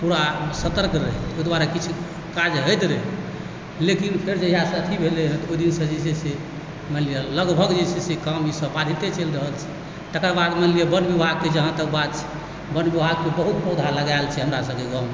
पूरा सतर्क रहै तऽ ओहि दुआरे किछु काज होइत रहै लेकिन फेर जहियासँ अथी भेलै हँ तऽ ओहि दिनसँ जे छै से मानि लिअ लगभग जे छै से काम ई सब बाधिते चलि रहल छै तकर बाद मानि लिअ वन विभागके जहाँ तक बात छै वन विभागके बहुत पौधा लगायल छै हमरा सबके गाँवमे